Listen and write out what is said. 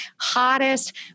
hottest